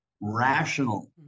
rational